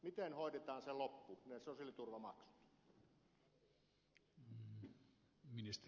miten hoidetaan se loppu ne sosiaaliturvamaksut